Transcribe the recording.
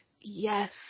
yes